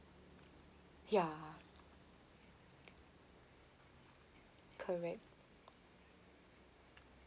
ya correct